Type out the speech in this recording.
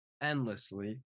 endlessly